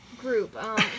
group